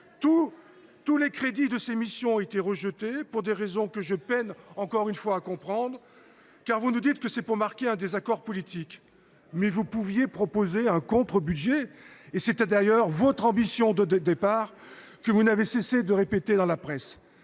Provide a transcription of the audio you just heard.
? Les crédits de toutes ces missions ont été rejetés, pour des raisons que je peine encore à comprendre. Vous nous dites qu’il s’agit de marquer un désaccord politique ; mais vous pouviez proposer un contre budget ! Telle était d’ailleurs votre ambition de départ, que vous n’avez cessé de répéter dans la presse.